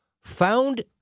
found